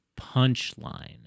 punchline